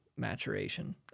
maturation